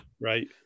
Right